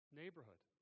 neighborhood